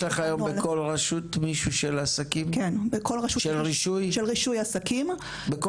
לך היום בכל רשות מישהו של רישוי עסקים?